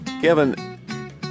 Kevin